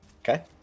Okay